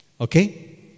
Okay